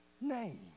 name